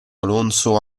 alonso